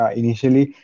initially